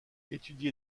étudié